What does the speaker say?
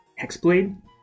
Hexblade